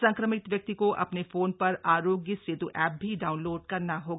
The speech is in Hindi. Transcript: संक्रमित व्यक्ति को अपने फोन पर आरोग्य सेत् एप भी डाउनलोड करना होगा